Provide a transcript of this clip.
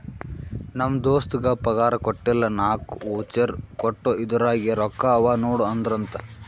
ನಮ್ ದೋಸ್ತಗ್ ಪಗಾರ್ ಕೊಟ್ಟಿಲ್ಲ ನಾಕ್ ವೋಚರ್ ಕೊಟ್ಟು ಇದುರಾಗೆ ರೊಕ್ಕಾ ಅವಾ ನೋಡು ಅಂದ್ರಂತ